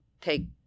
take